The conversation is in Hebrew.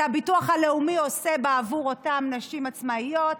שהביטוח הלאומי עושה בעבור אותן נשים עצמאיות,